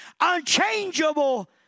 unchangeable